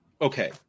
okay